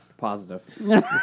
Positive